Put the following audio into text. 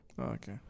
Okay